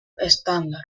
estándar